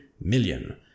million